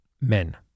Men